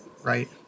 right